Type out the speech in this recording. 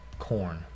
corn